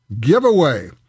giveaway